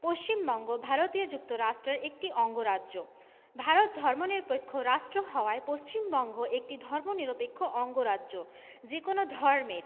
পশ্চিমবঙ্গ ভারতীয় যুক্তরাষ্ট্রের একটি অঙ্গরাজ্য ভারত ধর্মনিরপেক্ষ রাষ্ট্র হাওয়ায় পশ্চিমবঙ্গ একটি ধর্মনিরপেক্ষ অঙ্গরাজ্য যেকোনো ধর্মের